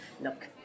Look